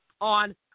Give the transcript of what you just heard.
on